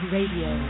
Radio